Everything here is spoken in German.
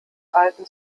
alten